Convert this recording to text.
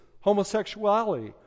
homosexuality